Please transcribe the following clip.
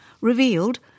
revealed